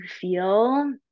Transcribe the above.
feel